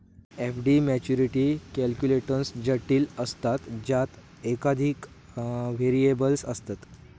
FD maturity calculations जटिल असतत ज्यात एकोधिक व्हेरिएबल्स असतत